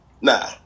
nah